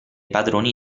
padroni